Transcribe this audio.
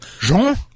Jean